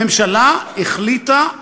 הממשלה החליטה,